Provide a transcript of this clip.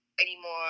anymore